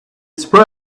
spread